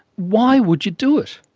why would you do it?